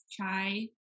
chai